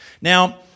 Now